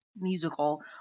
musical